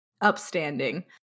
Upstanding